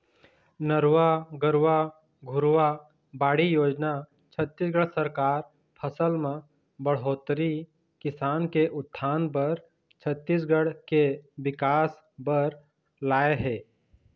नरूवा, गरूवा, घुरूवा, बाड़ी योजना छत्तीसगढ़ सरकार फसल म बड़होत्तरी, किसान के उत्थान बर, छत्तीसगढ़ के बिकास बर लाए हे